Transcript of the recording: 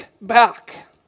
back